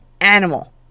animal